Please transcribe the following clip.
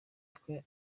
twe